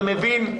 אני מבין.